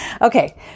Okay